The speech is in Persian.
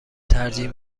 ترجیح